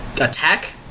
attack